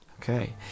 Okay